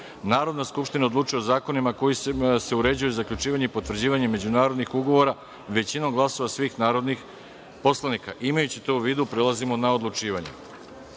Narodna skupština odlučuje o zakonima koji se uređuje zaključivanje i potvrđivanje međunarodnih ugovora većinom glasova svih narodnih poslanika imajući to u vidu prelazimo na odlučivanje. Stavljam